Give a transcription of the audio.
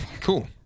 cool